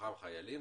ובתוכם חיילים,